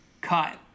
cut